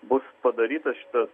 bus padarytas šitas